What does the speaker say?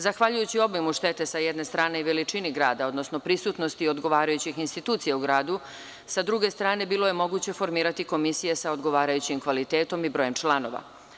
Zahvaljujući obimu štete, sa jedne strane, i veličini grada, odnosno prisutnosti odgovarajućih institucija u gradu, sa druge strane, bilo je moguće formirati komisije sa odgovarajućim kvalitetom i brojem članova.